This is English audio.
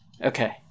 Okay